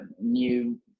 new